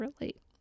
relate